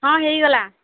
ହଁ ହେଇଗଲା